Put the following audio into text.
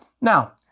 Now